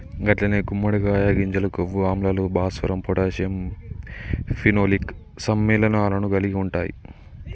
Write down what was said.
గట్లనే గుమ్మడికాయ గింజలు కొవ్వు ఆమ్లాలు, భాస్వరం పొటాషియం ఫినోలిక్ సమ్మెళనాలను కలిగి ఉంటాయి